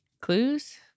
Clues